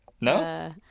No